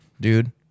dude